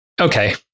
okay